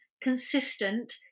consistent